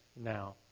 now